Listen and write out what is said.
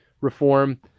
reform